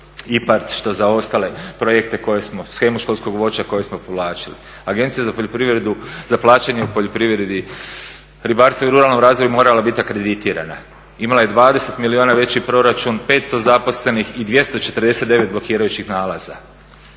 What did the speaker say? IPARD, što za ostale projekte koje smo, shema školskog voća koje smo povlačili. Agencija za poljoprivredu, za plaćanje u poljoprivredi, ribarstvu i ruralnom razvoju morala biti akreditirana. Imala je 20 milijuna veći proračun, 500 zaposlenih i 249 blokirajućih nalaza.